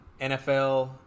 NFL